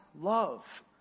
love